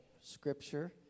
scripture